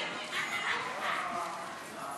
התאמת קצבת הסיעוד